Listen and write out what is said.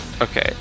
Okay